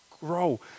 grow